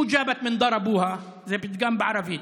(אומר בערבית ומתרגם:) זה פתגם בערבית.